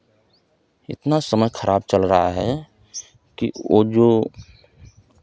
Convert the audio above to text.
इतना समय खराब चल रहा है कि वो जो